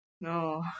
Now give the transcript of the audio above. No